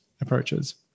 approaches